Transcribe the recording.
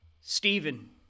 Stephen